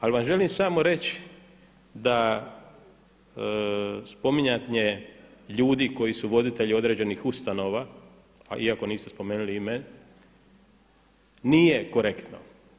Ali vam želim samo reći da spominjanje ljudi koji su voditelji određenih ustanova iako niste spomenuli ime nije korektno.